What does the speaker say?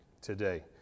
today